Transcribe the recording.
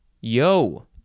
yo